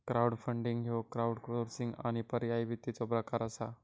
crowdfunding ह्यो crowdsourcing आणि पर्यायी वित्ताचो प्रकार असा